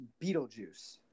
Beetlejuice